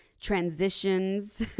transitions